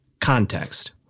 context